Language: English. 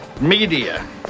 media